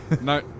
no